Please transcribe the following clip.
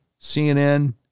CNN